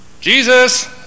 Jesus